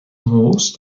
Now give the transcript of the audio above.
moos